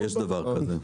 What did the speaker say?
יש דבר כזה.